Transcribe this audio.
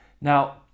Now